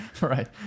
Right